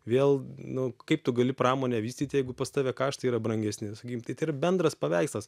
vėl nu kaip tu gali pramonę vystyt jeigu pas tave kaštai yra brangesni nes sakykim tai tai yra bendras paveikslas